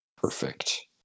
Perfect